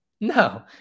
No